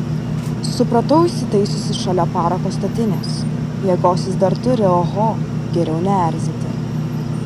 supratau įsitaisiusi šalia parako statinės jėgos jis dar turi oho geriau neerzinti